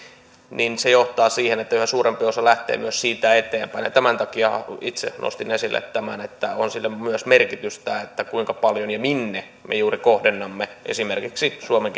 niin se johtaa siihen että yhä suurempi osa lähtee myös siitä eteenpäin ja tämän takia itse nostin esille tämän että on sillä myös merkitystä kuinka paljon ja minne me juuri kohdennamme esimerkiksi suomen